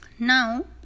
Now